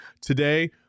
Today